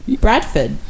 Bradford